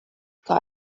کار